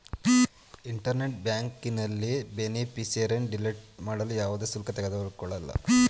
internet ಬ್ಯಾಂಕಿಂಗ್ನಲ್ಲಿ ಬೇನಿಫಿಷರಿನ್ನ delete ಮಾಡಲು ಯಾವುದೇ ಶುಲ್ಕ ತಗೊಳಲ್ಲ